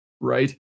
right